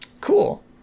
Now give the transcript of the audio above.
cool